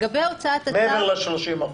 מעבר ל-30%?